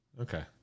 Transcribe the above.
okay